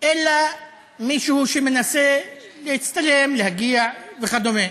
אלא מישהו שמנסה להצטלם, להגיע, וכדומה.